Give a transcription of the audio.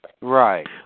Right